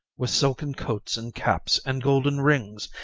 with silken coats and caps, and golden rings,